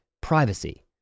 Privacy